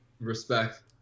Respect